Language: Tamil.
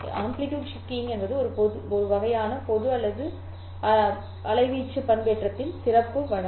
ASK என்பது ஒரு வகையான பொது அல்லது வீச்சு பண்பேற்றத்தின் சிறப்பு வழக்கு